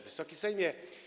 Wysoki Sejmie!